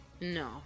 No